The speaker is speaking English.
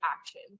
action